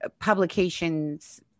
publications